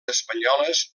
espanyoles